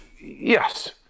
Yes